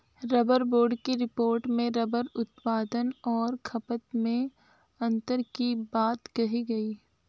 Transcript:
rubber board की report में rubber उत्पादन और खपत में अन्तर की बात कही गई